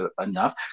enough